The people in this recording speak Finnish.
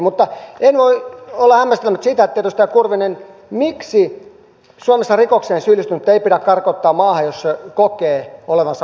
mutta en voi olla hämmästelemättä sitä edustaja kurvinen miksi suomessa rikokseen syyllistynyttä ei pidä karkottaa maahan jossa kokee olevansa uhassa